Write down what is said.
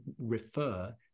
refer